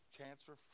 cancer